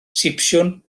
sipsiwn